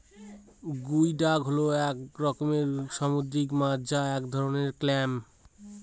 গুই ডাক হল এক রকমের সামুদ্রিক মাছ বা এক ধরনের ক্ল্যাম